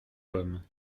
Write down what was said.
pomme